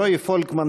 רועי פולקמן,